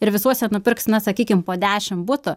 ir visuose nupirks na sakykim po dešim butų